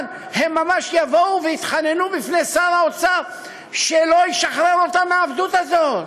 הם ממש יבואו ויתחננו בפני שר האוצר שלא ישחרר אותם מהעבדות הזאת,